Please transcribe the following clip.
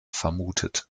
vermutet